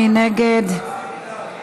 מי נגד?